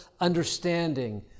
understanding